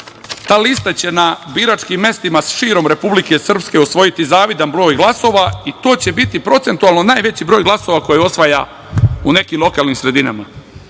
ta lista će na biračkim mestima širom Republike Srpske osvojiti zavidan broj glasova, i to će biti procentualno najveći broj glasova koje osvaja u nekim lokalnim sredinama.